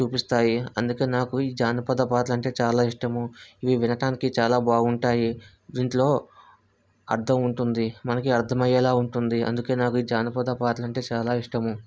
చూపిస్తాయి అందుకని నాకు ఈ జానపద పాటలు అంటే చాలా ఇష్టము ఇవి వినటానికి చాలా బాగుంటాయి దీంట్లో అర్ధం ఉంటుంది మనకి అర్ధమయ్యేలా ఉంటుంది అందుకే నాకు ఈ జానపద పాటలు అంటే చాలా ఇష్టము